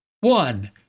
one